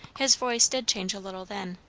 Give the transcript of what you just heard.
his voice did change a little then.